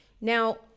Now